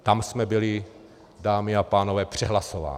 Tam jsme byli, dámy a pánové, přehlasováni.